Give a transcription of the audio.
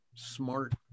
smart